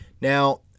Now